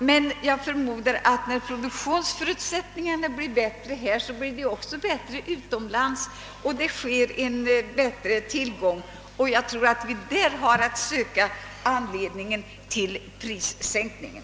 Men jag förmodar att när produktionsförutsättningarna blir bättre här blir de också bättre utomlands, varvid tillgången ökar. Det är där jag tror vi har att söka anledningen till prissänkningen.